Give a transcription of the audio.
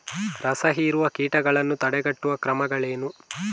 ರಸಹೀರುವ ಕೀಟಗಳನ್ನು ತಡೆಗಟ್ಟುವ ಕ್ರಮಗಳೇನು?